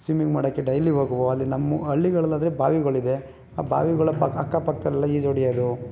swimming ಮಾಡಕ್ಕೆ daily ಹೋಗುವ ಅಲ್ಲಿ ನಮ್ಮ ಹಳ್ಳಿಗಳಲ್ಲಾದರೆ ಬಾವಿಗಳಿದೆ ಆ ಬಾವಿಗಳ ಪಕ್ಕ ಅಕ್ಕ ಪಕ್ಕದಲ್ಲೆಲ್ಲ ಈಜು ಹೊಡಿಯೋದು